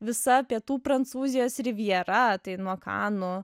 visa pietų prancūzijos rivjera nuo kanų